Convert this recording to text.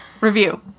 Review